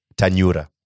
Tanyura